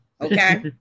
Okay